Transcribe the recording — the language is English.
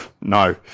No